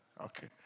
Okay